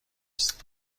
است